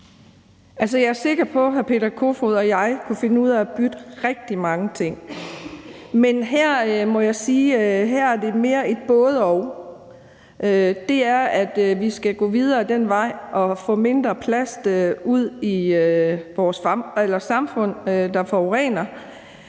Jeg er sikker på, at hr. Peter Kofod og jeg kunne finde ud af at bytte rigtig mange ting, men her må jeg sige, at det mere er et både-og. Det er, at vi skal gå videre ad den vej at få mindre plast, der forurener,